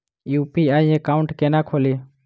UPI account केना खोलि?